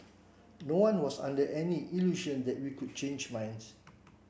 no one was under any illusion that we could change minds